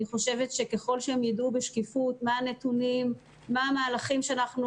ככל שהם יידעו בשקיפות את הנתונים ואת המהלכים שלנו,